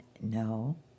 No